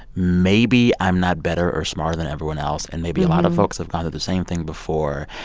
maybe i'm not better or smarter than everyone else, and maybe a lot of folks have gone through the same thing before.